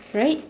right